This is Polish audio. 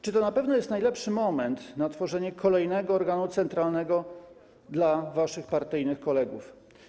Czy to na pewno jest najlepszy moment na tworzenie kolejnego organu centralnego dla waszych partyjnych kolegów?